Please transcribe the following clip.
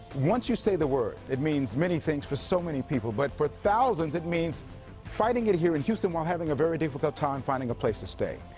once you say the word, it means many things for so many people, but for thousands, it means fighting it here in houston while having a very difficult time finding a place to stay.